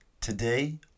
Today